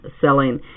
selling